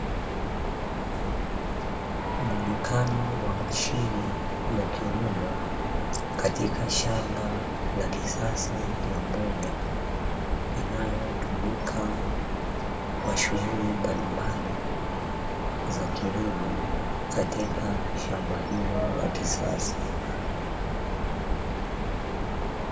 Muonekano mashine katika shamba la mboga inayotumika katika shamba hilo la kisasa